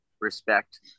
respect